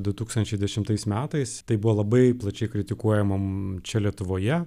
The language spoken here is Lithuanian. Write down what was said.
du tūsktančiai dešimtais metais tai buvo labai plačiai kritikuojamam čia lietuvoje